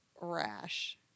rash